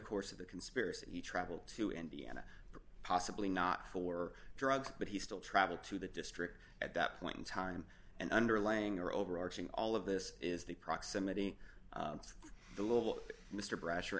course of the conspiracy he traveled to indiana for possibly not for drugs but he still traveled to the district at that point in time and underlying or overarching all of this is the proximity of the little mr brasher